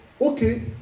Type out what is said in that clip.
okay